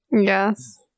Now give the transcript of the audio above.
Yes